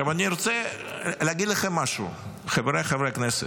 אני רוצה להגיד לכם משהו, חבריי חברי הכנסת: